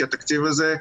כי התקציב הזה,